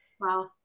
Wow